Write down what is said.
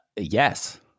Yes